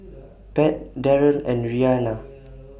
Pat Darrel and Rhianna